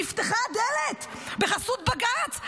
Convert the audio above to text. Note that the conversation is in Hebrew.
נפתחה הדלת בחסות בג"ץ.